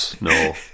no